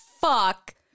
fuck